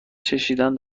چشیدن